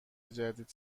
جدید